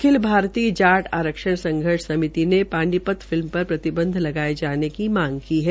अखिल भारतीय जाट आरक्षण संघर्ष समिति ने पानीपत फिल्म पर प्रतिंबंध लगाये जाने की मांग की है